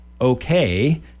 okay